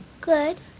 Good